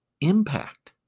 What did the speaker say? impact